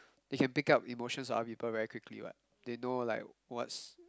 they can pick up emotions of other people very quickly what they know like what's